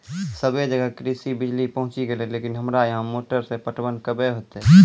सबे जगह कृषि बिज़ली पहुंची गेलै लेकिन हमरा यहाँ मोटर से पटवन कबे होतय?